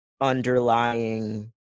underlying